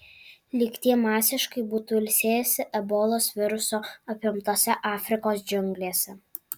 lyg tie masiškai būtų ilsėjęsi ebolos viruso apimtose afrikos džiunglėse